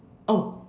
oh